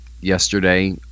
yesterday